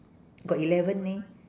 got eleven eh